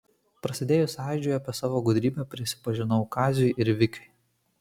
prasidėjus sąjūdžiui apie savo gudrybę prisipažinau kaziui ir vikiui